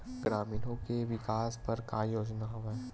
ग्रामीणों के विकास बर का योजना हवय?